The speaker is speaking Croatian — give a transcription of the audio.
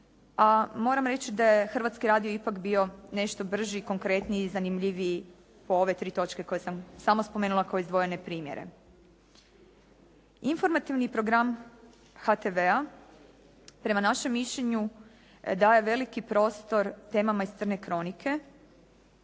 a moram reći da je Hrvatski radio ipak bio nešto brži, konkretniji i zanimljiviji po ove tri točke koje sam samo spomenula kao izdvojene primjere. Informativni program HTV-a prema našem mišljenju daje veliki prostor temama iz crne kronike